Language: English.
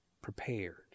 prepared